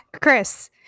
Chris